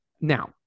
Now